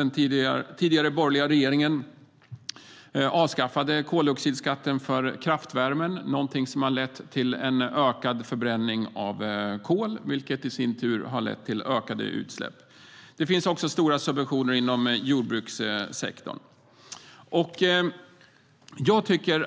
Den tidigare borgerliga regeringen avskaffade koldioxidskatten för kraftvärmen, vilket har lett till ökad förbränning av kol, vilket i sin tur har lett till ökade utsläpp. Det finns också stora subventioner inom jordbrukssektorn. Vi borde egentligen